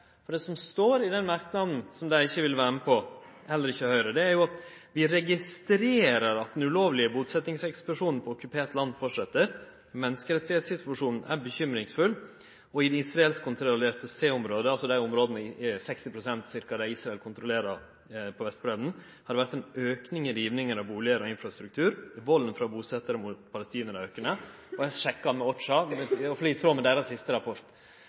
det. Det som står i den merknaden som dei ikkje vil vere med på, og heller ikkje Høgre, er at vi «registrerer at den ulovlige bosettingsekspansjonen på okkupert land fortsetter». Og vidare: «Menneskerettighetssituasjonen er bekymringsfull. I det israelskkontrollerte C-området» – altså dei områda på Vestbredda som Israel kontrollerer ca. 60 pst. av – «har det vært en økning i rivninger av boliger og infrastruktur. Volden fra bosettere mot palestinerne er økende.» Eg har sjekka med OHCHR – dette er i tråd med deira siste rapport.